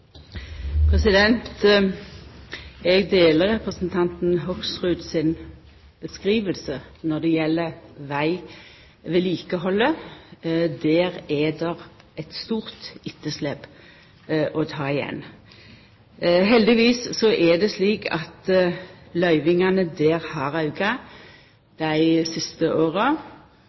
Eg deler representanten Hoksrud si beskriving når det gjeld vegvedlikehaldet. Der er det eit stort etterslep å ta igjen. Heldigvis er det slik at løyvingane til det har auka dei siste åra.